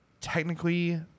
technically